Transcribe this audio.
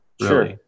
Sure